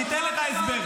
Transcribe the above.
אני אתן לך הסבר.